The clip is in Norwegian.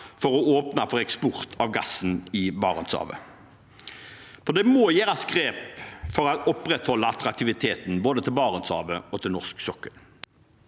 for å åpne for eksport av gassen i Barentshavet. Det må tas grep for å opprettholde attraktiviteten, både til Barentshavet og til norsk sokkel.